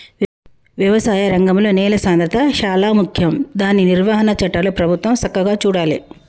వ్యవసాయ రంగంలో నేల సాంద్రత శాలా ముఖ్యం దాని నిర్వహణ చట్టాలు ప్రభుత్వం సక్కగా చూడాలే